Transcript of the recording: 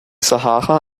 sahara